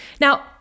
Now